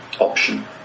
option